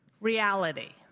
reality